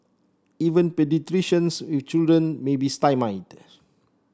even paediatricians with children may be stymied